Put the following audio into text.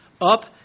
up